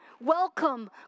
welcome